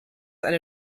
eine